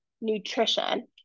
nutrition